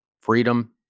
freedom